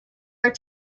are